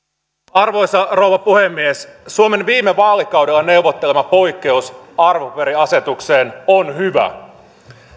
arvoisa rouva puhemies suomen viime vaalikaudella neuvottelema poikkeus arvopaperiasetukseen on hyvä